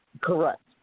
Correct